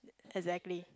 exactly